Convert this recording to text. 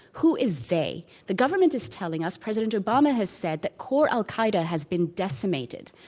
who is they? the government is telling us, president obama has said that core al-qaeda has been decimated.